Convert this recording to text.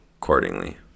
accordingly